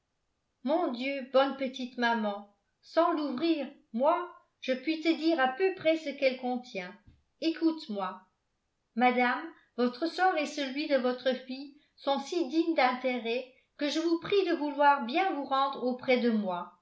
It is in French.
mon dieu bonne petite maman sans l'ouvrir moi je puis te dire à peu près ce qu'elle contient écoute-moi madame votre sort et celui de votre fille sont si dignes d'intérêt que je vous prie de vouloir bien vous rendre auprès de moi